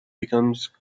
becomes